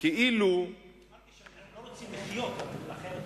אמרתי שאנחנו לא רוצים לחיות על החרב לנצח.